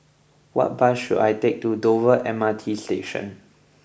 what bus should I take to Dover M R T Station